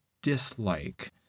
dislike